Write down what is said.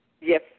Yes